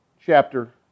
chapter